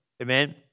amen